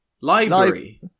Library